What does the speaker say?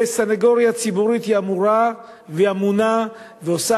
הסניגוריה הציבורית אמורה ואמונה ועושה